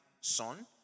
son